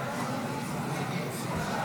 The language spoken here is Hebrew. הסתייגות 24